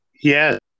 Yes